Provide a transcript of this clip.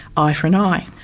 eye for an eye.